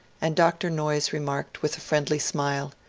and dr. noyes remarked, with a friendly smile,